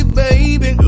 baby